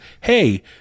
hey